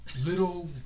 little